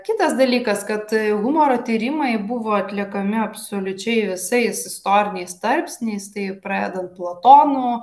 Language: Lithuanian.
kitas dalykas kad humoro tyrimai buvo atliekami absoliučiai visais istoriniais tarpsniais tai pradedant platonu